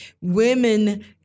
women